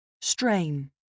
Strain